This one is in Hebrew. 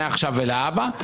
מעכשיו ולהבא,